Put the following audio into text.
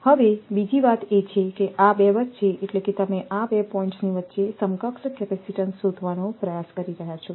તેથી બીજી વાત એ છે કે આ 2 વચ્ચે એટલે કે તમે આ 2 પોઇન્ટ્ની વચ્ચે સમકક્ષ કેપેસિટીન્સ શોધવાનો પ્રયાસ કરી રહ્યાં છો